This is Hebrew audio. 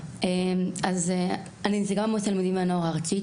אני נציגת מועצת התלמידים והנוער הארצית,